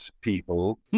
people